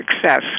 success